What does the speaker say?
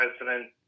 President